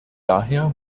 daher